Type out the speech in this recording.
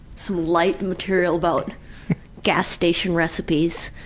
some lightened materials about gas station recipes.